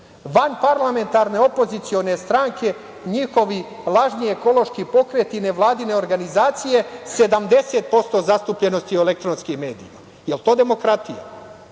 Vanparlamentarne opozicione stranke, njihovi lažni ekološki pokreti, nevladine organizacije 70% zastupljenosti u elektronskim medijima. Jel to demokratija?